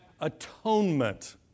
atonement